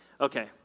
Okay